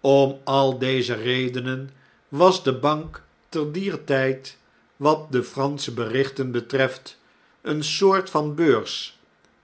om al deze redenen was de bank te dier tjjd wat de fransche berichten betreft eene soort van beurs